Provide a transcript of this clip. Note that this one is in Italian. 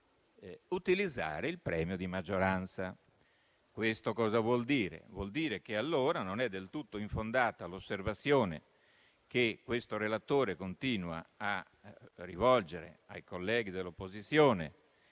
di utilizzare il premio di maggioranza. Questo vuol dire che allora non è del tutto infondata l'osservazione che questo relatore continua a rivolgere ai colleghi dell'opposizione,